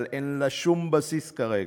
אבל אין לה שום בסיס כרגע.